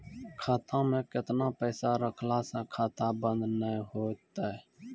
खाता मे केतना पैसा रखला से खाता बंद नैय होय तै?